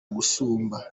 gusumba